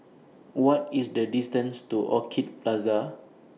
What IS The distance to Orchid Plaza